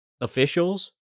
officials